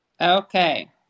Okay